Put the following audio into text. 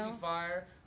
fire